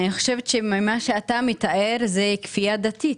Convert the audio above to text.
אני חושבת שמה שאתה מתאר זאת כפייה דתית.